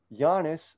Giannis